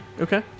Okay